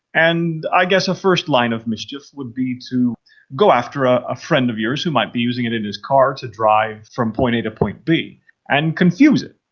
and i guess a first line of mischief would be to go after ah a friend of yours who might be using it in his car to drive from point a to point b and confuse it.